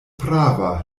prava